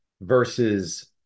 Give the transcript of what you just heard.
versus